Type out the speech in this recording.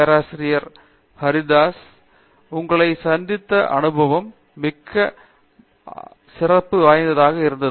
பேராசிரியர் பிரதாப் ஹரிதாஸ் உங்களை சந்தித்த அனுபவம் சிறப்பு மிகுந்ததாக இருந்தது